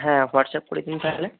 হ্যাঁ হোয়াটসঅ্যাপ করে দিন তাহলে